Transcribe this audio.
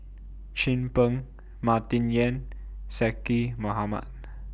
Chin Peng Martin Yan Zaqy Mohamad